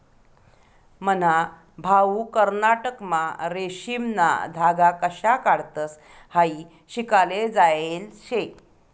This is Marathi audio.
मन्हा भाऊ कर्नाटकमा रेशीमना धागा कशा काढतंस हायी शिकाले जायेल शे